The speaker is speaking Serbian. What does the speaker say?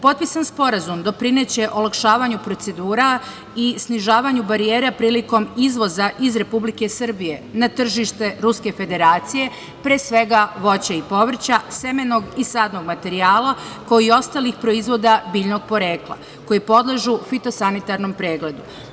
Potpisan Sporazum doprineće olakšavanju procedura i snižavanju barijere prilikom izvoza iz Republike Srbije na tržište Ruske Federacije, pre svega voća i povrća, semenog i sadnog materijala, kao i ostalih proizvoda biljnog porekla koji podležu fitosanitarnom preglegu.